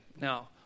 Now